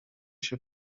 się